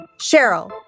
Cheryl